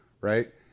Right